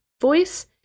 voice